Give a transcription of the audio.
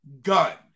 gun